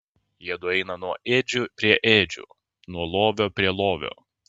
jiedu eina nuo ėdžių prie ėdžių nuo lovio prie lovio